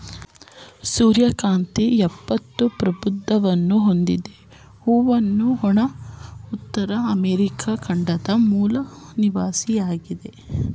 ಸೂರ್ಯಕಾಂತಿ ಎಪ್ಪತ್ತು ಪ್ರಭೇದವನ್ನು ಹೊಂದಿದ ಹೂವಿನ ಬಣ ಉತ್ತರ ಅಮೆರಿಕ ಖಂಡದ ಮೂಲ ನಿವಾಸಿಯಾಗಯ್ತೆ